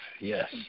yes